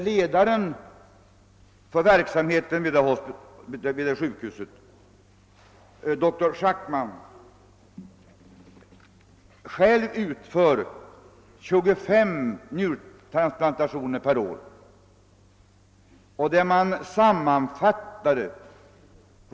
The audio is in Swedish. Ledaren för denna verksamhet vid sjukhuset, dr Schackman, utför själv 25 njurtransplantationer per år.